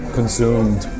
consumed